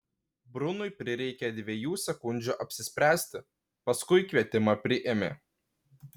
brunui prireikė dviejų sekundžių apsispręsti paskui kvietimą priėmė